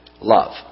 love